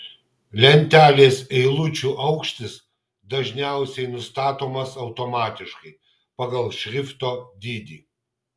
lentelės eilučių aukštis dažniausiai nustatomas automatiškai pagal šrifto dydį